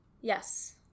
Yes